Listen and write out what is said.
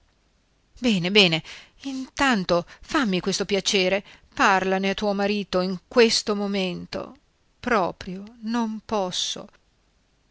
bene bene intanto fammi questo piacere parlane a tuo marito in questo momento proprio non posso